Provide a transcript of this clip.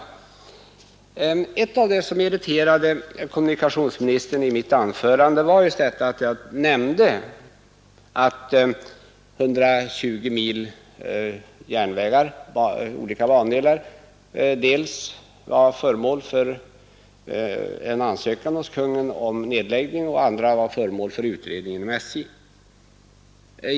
En sak i mitt anförande som irriterade kommunikationsministern var att jag nämnde att 120 mil järnvägar på olika bandelar dels var föremål för ansökan om nedläggning hos Kungl. Maj:t, dels var under utredning inom SJ.